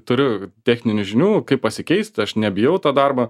turiu techninių žinių kaip pasikeist aš nebijau to darbo